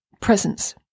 presence